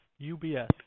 UBS